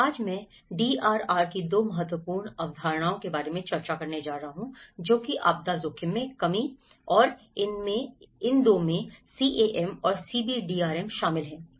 आज मैं DRR की 2 महत्वपूर्ण अवधारणाओं के बारे में चर्चा करने जा रहा हूं जो कि आपदा जोखिम में कमी है और इन 2 में CAM और CBDRM शामिल हैं